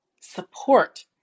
support